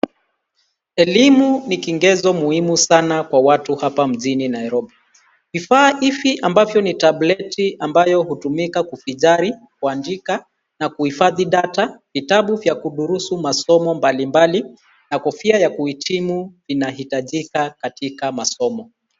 Elimu ni kigezo muhimu sana kwa watu hapa mjini Nairobi. Vifaa hivi ambavyo ni tableti, ambayo hutumika kujivinjari, kuandika na kuhifadhi data, vitabu vya kudurusu masomo mbalimbali, na kofia ya kuhitimu vinahitajika katika masomo.